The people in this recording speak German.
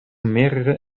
mehrere